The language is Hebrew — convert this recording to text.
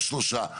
עוד שלושה.